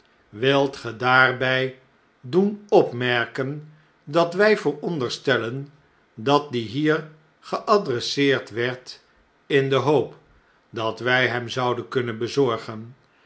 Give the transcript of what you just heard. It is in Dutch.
wilt ge daarbjj doen opmerken dat wij vooronderstellen dat die hier geadresseerd werd in de hoop dat wij hem zouden kunnen bezorgen